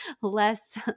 less